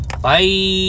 Bye